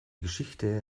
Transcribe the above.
geschichte